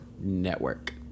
network